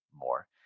more